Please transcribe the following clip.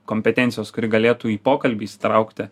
kompetencijos kuri galėtų į pokalbį įsitraukti